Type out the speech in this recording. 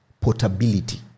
portability